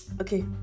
okay